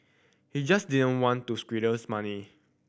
he just didn't want to squanders money